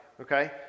Okay